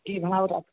की भाव राख